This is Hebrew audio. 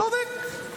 צודק,